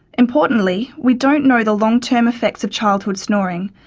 importantly, we don't know the long-term effects of childhood snoring,